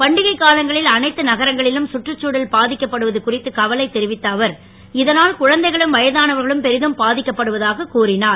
பண்டிகைக் காலங்களில் அனைத்து நகரங்களிலும் கற்றுச்தழல் பாதிக்கப்படுவது குறித்து கவலை தெரிவித்த அவர் இதஞல் குழந்தைகளும் வயதானவர்களும் பெரிதும் பாதிக்கப்படுவதாகக் கூறிஞர்